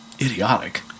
idiotic